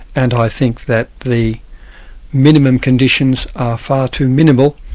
and i think that the minimum conditions are far too minimal.